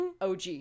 og